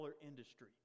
industry